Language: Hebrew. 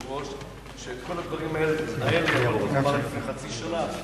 את כל הדברים האלה יכולתם לומר לפני חצי שנה,